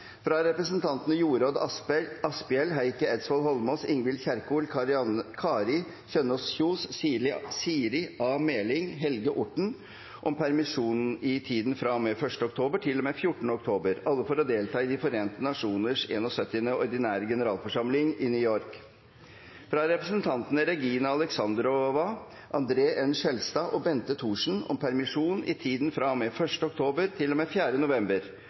fra representantene Jorodd Asphjell , Heikki Eidsvoll Holmås , Ingvild Kjerkol , Kari Kjønaas Kjos , Siri A. Meling og Helge Orten om permisjon i tiden fra og med 1. oktober til og med 14. oktober – alle for å delta i De forente nasjoners 71. ordinære generalforsamling i New York fra representantene Regina Alexandrova , André N. Skjelstad og Bente Thorsen om permisjon i tiden fra og med 1. oktober